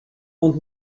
und